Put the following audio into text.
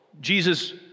Jesus